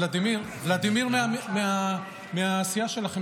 ולדימיר מהסיעה שלכם,